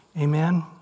Amen